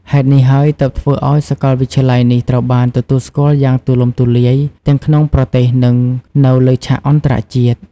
ហេតុនេះហើយទើបធ្វើឲ្យសាកលវិទ្យាល័យនេះត្រូវបានទទួលស្គាល់យ៉ាងទូលំទូលាយទាំងក្នុងប្រទេស និងនៅលើឆាកអន្តរជាតិ។